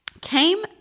came